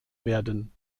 werden